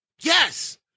Yes